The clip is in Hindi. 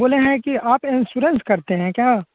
बोले हैं कि आप इंश्योरेंस करते हैं क्या